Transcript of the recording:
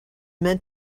meant